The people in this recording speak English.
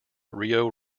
rio